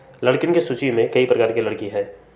लकड़ियन के सूची में कई प्रकार के लकड़ी हई